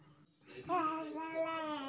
ಛಲೋ ಬೆಳಿ ಬರಾಕ ಏನ್ ಮಾಡ್ಬೇಕ್?